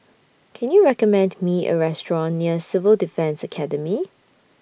Can YOU recommend Me A Restaurant near Civil Defence Academy